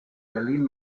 berlin